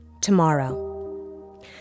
tomorrow